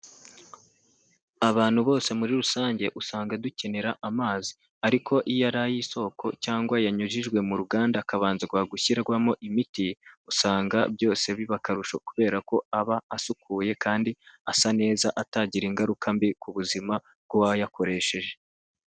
Abantu bose muri rusange usanga dukenera amazi, ariko iyo ari ay'isoko cyangwa yanyujijwe mu ruganda akabanza gushyirwamo imiti, usanga byose biba akarusho kubera ko aba asukuye kandi asa neza, atagira ingaruka mbi ku buzima bw'uwayakoresheje.